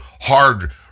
hard